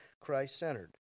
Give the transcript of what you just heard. Christ-centered